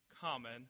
common